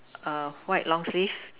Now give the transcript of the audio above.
err white long sleeves